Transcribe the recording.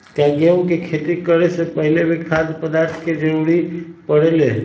का गेहूं के खेती करे से पहले भी खाद्य पदार्थ के जरूरी परे ले?